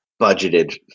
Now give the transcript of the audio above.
budgeted